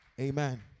Amen